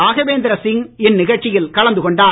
ராகவேந்திர சிங் இந்நிகழ்ச்சியில் கலந்து கொண்டார்